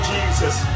Jesus